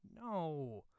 No